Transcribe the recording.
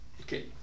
Okay